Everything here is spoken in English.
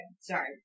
sorry